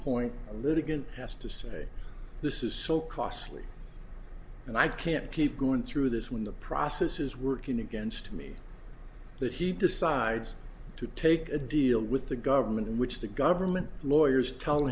litigant has to say this is so costly and i can't keep going through this when the process is working against me that he decides to take a deal with the government in which the government lawyers tell